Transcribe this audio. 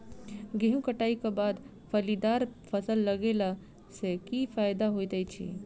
गेंहूँ कटाई केँ बाद फलीदार फसल लगेला सँ की फायदा हएत अछि?